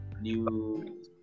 new